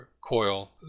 coil